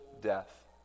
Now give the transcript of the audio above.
death